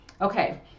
Okay